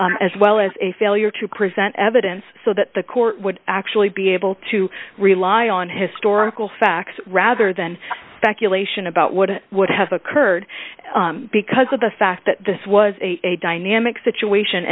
doctrine as well as a failure to present evidence so that the court would actually be able to rely on historical facts rather than speculation about what would have occurred because of the fact that this was a dynamic situation